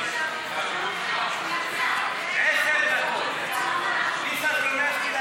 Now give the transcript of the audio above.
גברתי היושבת בראש, חבריי חברי הכנסת,